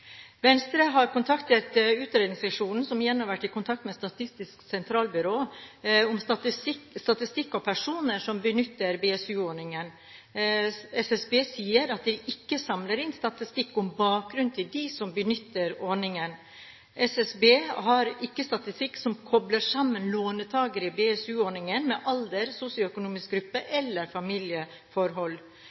Venstre har kontaktet Utredningsseksjonen, som igjen har vært i kontakt med Statistisk sentralbyrå om statistikk over personer som benytter BSU-ordningen. SSB sier at de ikke samler inn statistikk over bakgrunnen til dem som benytter ordningen. SSB har ikke statistikk som kobler sammen lånetakere i BSU-ordningen med alder, sosioøkonomisk gruppe eller familieforhold.